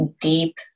deep